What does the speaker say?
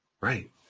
Right